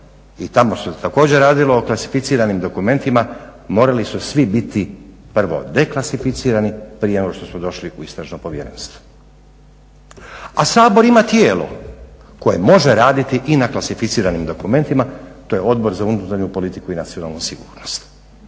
i tamo se također radilo o klasificiranim dokumentima, morali su svi biti prvo deklasificirani prije nego što su došli u istražno povjerenstvo. A Sabor ima tijelo koje može raditi i na klasificiranim dokumentima, to je Odbor za unutarnju politiku i nacionalnu sigurnost.